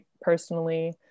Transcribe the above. personally